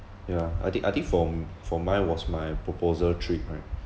ya I think I think for m~ for mine was my proposal trip night